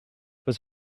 was